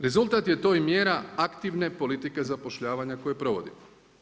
Rezultat je to i mjera aktivne politike zapošljavanje koju provodimo.